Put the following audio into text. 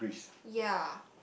ya